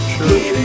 Church